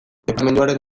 departamenduaren